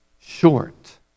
short